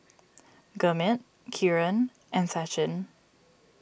Gurmeet Kiran and Sachin